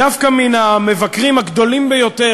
דווקא מן המבקרים הגדולים ביותר,